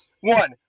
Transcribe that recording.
One